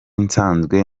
nsanzwe